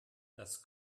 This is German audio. das